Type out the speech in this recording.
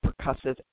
percussive